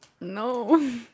No